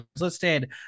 listed